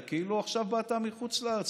כאילו עכשיו באת מחוץ לארץ,